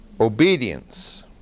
Obedience